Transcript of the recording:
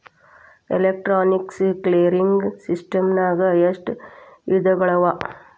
Electronic clearing ಸಿಸ್ಟಮ್ನಾಗ ಎಷ್ಟ ವಿಧಗಳವ?